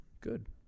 Good